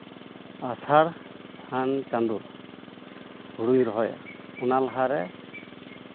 ᱟᱥᱟᱲᱼᱥᱟᱱ ᱪᱟᱸᱫᱚ ᱦᱩᱲᱩᱧ ᱨᱚᱦᱚᱭᱟ ᱚᱱᱟ ᱞᱟᱦᱟᱨᱮ